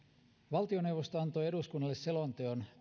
valtioneuvosto antoi eduskunnalle selonteon